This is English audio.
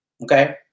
okay